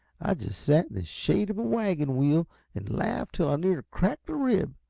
i just sat in the shade of a wagon wheel and laughed till i near cracked a rib.